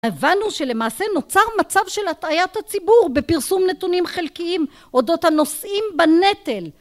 הבנו שלמעשה נוצר מצב של הטעיית הציבור בפרסום נתונים חלקיים, אודות הנושאים בנטל